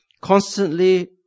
constantly